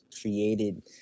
created